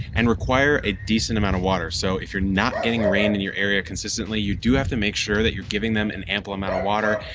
and require a decent amount of water. so if you're not getting rain in your area consistently, you do have to make sure that you're giving them an ample amount of water.